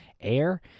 air